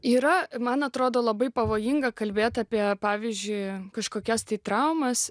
yra man atrodo labai pavojinga kalbėti apie pavyzdžiui kažkokias traumas